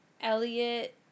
Elliot